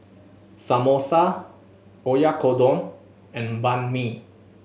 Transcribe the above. Samosa Oyakodon and Banh Mi